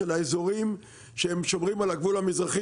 האזורים שהם שומרים על הגבול המזרחי,